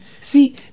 See